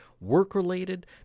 work-related